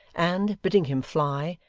and, bidding him fly,